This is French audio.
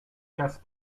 casse